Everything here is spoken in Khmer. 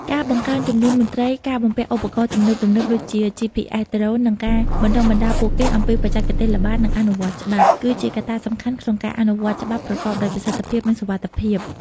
ការបង្កើនចំនួនមន្ត្រី ការបំពាក់ឧបករណ៍ទំនើបៗ ដូចជា GPS ដ្រូន និងការបណ្តុះបណ្តាលពួកគេអំពីបច្ចេកទេសល្បាត និងអនុវត្តច្បាប់ គឺជាកត្តាសំខាន់ក្នុងការអនុវត្តច្បាប់ប្រកបដោយប្រសិទ្ធភាព និងសុវត្ថិភាព។